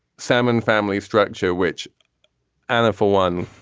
salmon family structure, which anna, for one,